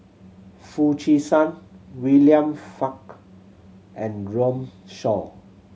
Foo Chee San William and Runme Shaw